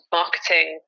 marketing